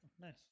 Nice